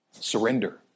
Surrender